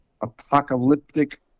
apocalyptic